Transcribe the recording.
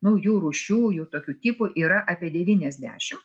naujų rūšių jų tokių tipų yra apie devyniasdešim